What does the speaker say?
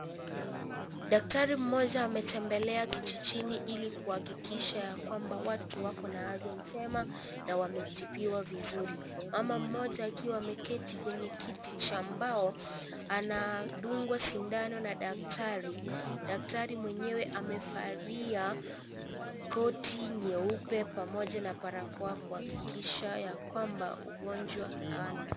Daktari mmoja ametembelea kijijini Ili kuhakikisha ya kwamba watu wako na afya njema na wametibiwa vizuri. Mama mmoja akiwa ameketi kwenye kiti cha mbao anadungwa sindano na daktari. Daktari mwenyewe amevalia koti nyeupe pamoja na barakoa kuhakikisha ya kwamba ugonjwa hana.